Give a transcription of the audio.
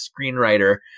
screenwriter